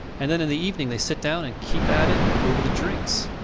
and then in the evening they sit down and keep at it over the drinks.